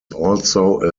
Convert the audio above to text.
also